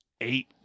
eight